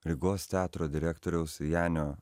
rygos teatro direktoriaus janio